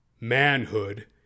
manhood